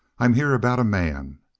i'm here about a man.